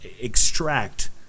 extract